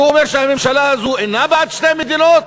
והוא אומר שהממשלה הזאת אינה בעד שתי מדינות,